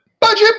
Budget